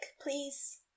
Please